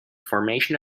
formation